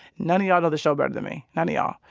none of y'all know the show better than me none of y'all.